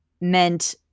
meant